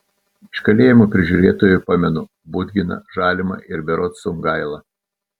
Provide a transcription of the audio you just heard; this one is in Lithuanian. iš kalėjimo prižiūrėtojų pamenu budginą žalimą ir berods sungailą